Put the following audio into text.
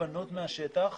לפנות מהשטח,